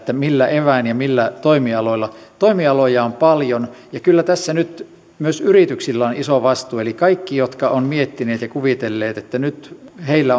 millä eväin ja millä toimialoilla toimialoja on paljon ja kyllä tässä nyt myös yrityksillä on iso vastuu eli kaikki jotka ovat miettineet ja kuvitelleet että nyt heillä